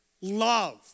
love